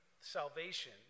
salvation